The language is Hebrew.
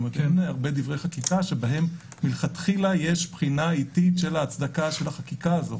אין הרבה דברי חקיקה שבהם מלכתחילה יש בחינה עתית של ההצדקה של החקיקה.